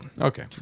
okay